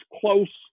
close